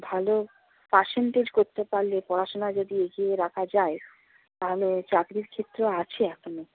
ভালো পার্সেন্টেজ করতে পারলে পড়াশোনা যদি এগিয়ে রাখা যায় তাহলে চাকরির ক্ষেত্র আছে এখনও